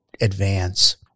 advance